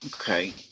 Okay